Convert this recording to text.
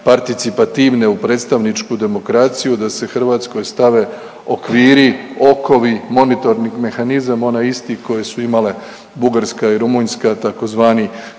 participativne u predstavničku demokraciju da se Hrvatskoj stave okviri, okovi, monitoring mehanizam onaj isti koji su imale Bugarska i Rumunjska tzv.